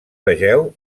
vegeu